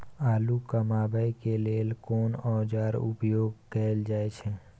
आलू कमाबै के लेल कोन औाजार उपयोग कैल जाय छै?